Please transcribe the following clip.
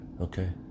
Okay